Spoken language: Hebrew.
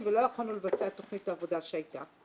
ולא יכולנו לבצע את תכנית העבודה שהייתה.